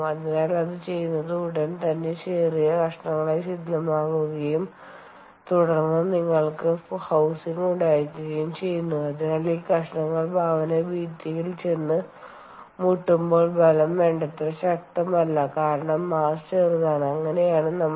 അതിനാൽ അത് ചെയ്യുന്നത് ഉടൻ തന്നെ ചെറിയ കഷണങ്ങളായി ശിഥിലമാകുകയും തുടർന്ന് നിങ്ങൾക്ക് ഹോസ്സിങ് ഉണ്ടായിരിക്കുകയും ചെയ്യുന്നു അതിനാൽ ഈ കഷണങ്ങൾ ഭവന ഭിത്തിയിൽ ചെന്ന് മുട്ടുമ്പോൾ ബലം വേണ്ടത്ര ശക്തമല്ല കാരണം മാസ്സ് ചെറുതാണ് അങ്ങനെയാണ് നമ്മൾ